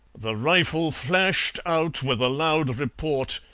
the rifle flashed out with a loud report,